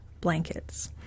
blankets